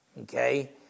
Okay